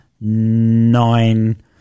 nine